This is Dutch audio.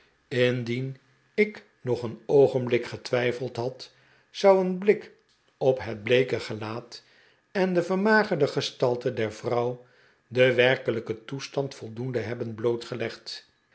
indian ik nog een oogenblik getwijfeld had zou een blik op het bleeke gelaat en de vermagerde gestalte der vrouw den werkelijken toestand voldoende hebben